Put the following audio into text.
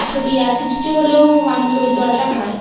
সব ওই অ্যাসিডিটি হলেও মানুষ ওই জলটা খায়